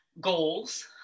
goals